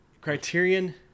Criterion